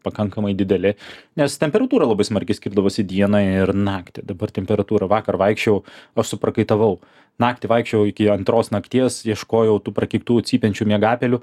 pakankamai dideli nes temperatūra labai smarkiai skirdavosi dieną ir naktį dabar temperatūra vakar vaikščiojau o suprakaitavau naktį vaikščiojau iki antros nakties ieškojau tų prakeiktų cypiančių miegapelių